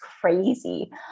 crazy